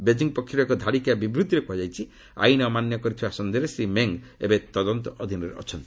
Beijing ପକ୍ଷରୁ ଏକ ଧାଡିକିଆ ବିବୃତ୍ତିରେ କୁହାଯାଇଛି ଆଇନ ଆମାନ୍ୟ କରିଥିବା ସନ୍ଦେହରେ ଶ୍ରୀ ମେଙ୍ଗ୍ ଏବେ ତଦନ୍ତ ଅଧୀନରେ ଅଛନ୍ତି